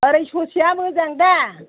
ओरै ससेया मोजां दा